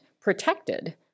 protected